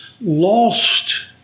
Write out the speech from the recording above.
lost